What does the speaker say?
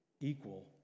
Equal